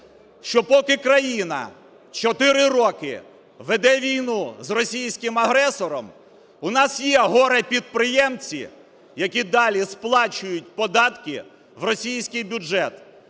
що поки країна 4 роки веде війну з російським агресором, у нас є горе-підприємці, які далі сплачують податки в російський бюджет.